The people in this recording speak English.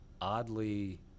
oddly